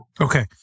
Okay